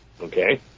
okay